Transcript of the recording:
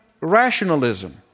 rationalism